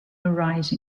arise